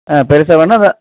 ஆ பெருசாக வேண்ணா இதை